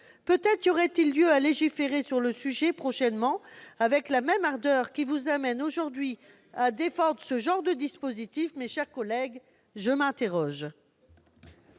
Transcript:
Peut-être y aurait-il lieu de légiférer sur le sujet prochainement avec la même ardeur qui vous amène aujourd'hui à défendre ce genre de dispositifs, mes chers collègues. La parole